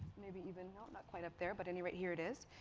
maybe even no not quite up there, but any rate, here it is.